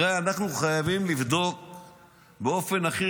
הרי אנחנו חייבים לבדוק באופן הכי